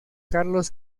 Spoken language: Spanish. carlos